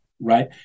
right